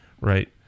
right